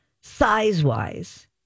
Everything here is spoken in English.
size-wise